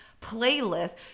playlists